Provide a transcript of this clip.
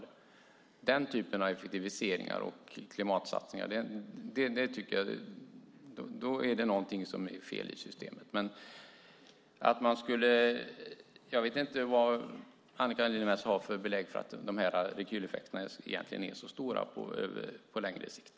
Om man gör den typen av effektiviseringar och klimatsatsningar är det någonting som är fel i systemet. Jag vet inte vilka belägg Annika Lillemets har för att dessa rekyleffekter är så stora på längre sikt.